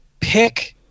pick